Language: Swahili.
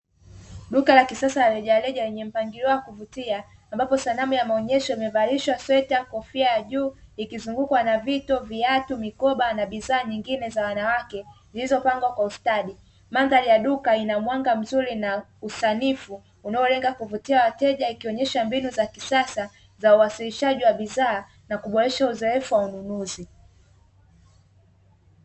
Duka la kisasa la rejareja lenye mpangilio wa kuvutia, ambapo sanamu ya maonesho imevalishwa sweta, kofia ya juu, ikizungukwa na vito, viatu, mikoba na bidhaa nyingine za wanawake zilizopangwa kwa ustadi. Mandhari ya duka Ina mwanga mzuri na usanifu unaolenga kuvutia wateja ikionesha mbinu za kisasa za uwasilishaji wa bidhaa na kuboresha uzoefu wa ununuzi.